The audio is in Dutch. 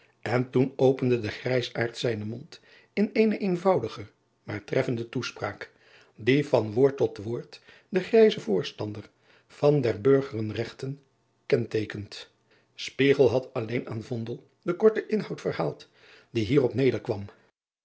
en toen opende de grijsaard zijnen mond in eene eenvoudige maar treffende aanspraak die van woord tot woord den grijzen voorstander van der urgeren regten kenteekent had alleen aan den korten inhoud verhaald die hierop